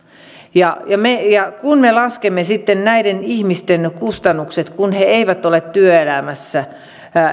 kun me laskemme sitten näiden ihmisten kustannukset kun he eivät ole työelämässä